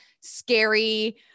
scary